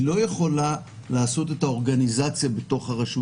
היא לא יכולה לעשות את האורגניזציה ברשות